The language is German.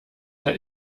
der